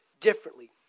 differently